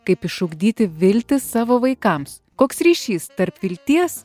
kaip išugdyti viltį savo vaikams koks ryšys tarp vilties